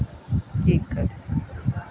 ਠੀਕ ਹੈ